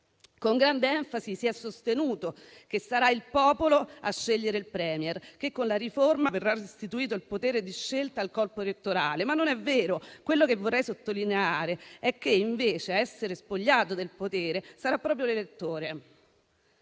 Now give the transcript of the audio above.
con grande enfasi si è sostenuto che sarà il popolo a scegliere il *premier* e che con la riforma verrà restituito il potere di scelta al corpo elettorale, ma non è vero. Quello che vorrei sottolineare è che, invece, ad essere spogliato del potere sarà proprio l'elettore: